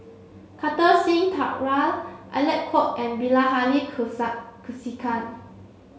Kartar Singh Thakral Alec Kuok and Bilahari Kausikan